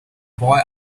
boy